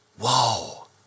whoa